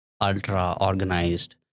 ultra-organized